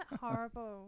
horrible